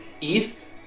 East